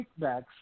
kickbacks